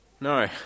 No